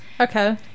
okay